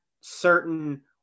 certain